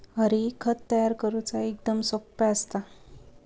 हरी, खत तयार करुचा एकदम सोप्पा असता